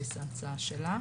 בבסיס ההצעה שלה.